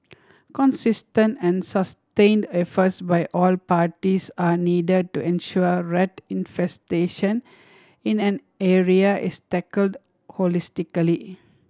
consistent and sustained efforts by all parties are needed to ensure rat infestation in an area is tackled holistically